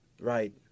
right